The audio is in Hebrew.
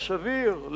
הסביר,